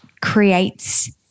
creates